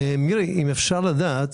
מירי, אם אפשר לדעת,